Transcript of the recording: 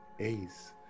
ace